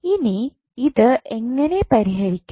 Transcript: ഇനി ഇത് എങ്ങനെ പരിഹരിക്കും